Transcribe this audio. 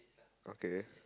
okay